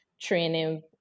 training